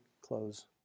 close